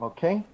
Okay